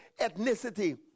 ethnicity